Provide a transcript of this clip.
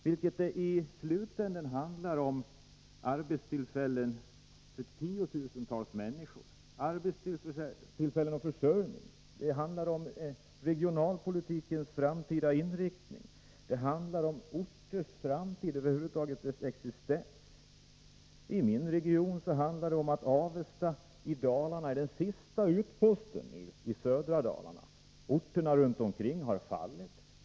Det handlar i slutänden om arbetstillfällen och försörjning för tiotusentals människor, om regionalpolitikens framtida inriktning, om orters framtid och över huvud taget om orternas existens. I min region är Avesta i södra Dalarna den sista utposten. Orterna runt omkring har fallit.